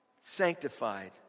sanctified